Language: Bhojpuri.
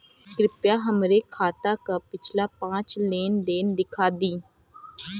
कृपया हमरे खाता क पिछला पांच लेन देन दिखा दी